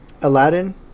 Aladdin